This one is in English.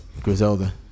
Griselda